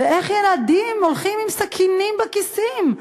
איך ילדים הולכים עם סכינים בכיסים?